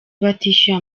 batishyuye